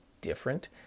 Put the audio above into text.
different